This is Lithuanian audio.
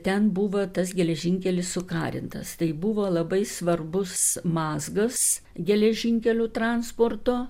ten buvo tas geležinkelis sukarintas tai buvo labai svarbus mazgas geležinkelių transporto